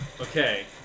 Okay